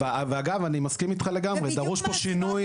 ואגב, אני מסכים איתך לגמרי: דרוש פה שינוי,